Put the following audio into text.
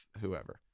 whoever